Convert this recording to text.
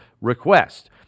request